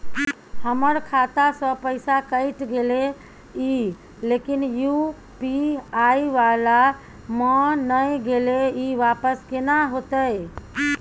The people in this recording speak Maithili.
हमर खाता स पैसा कैट गेले इ लेकिन यु.पी.आई वाला म नय गेले इ वापस केना होतै?